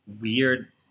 weird